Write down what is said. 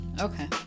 okay